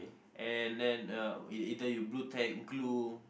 and then uh E either you blue tack glue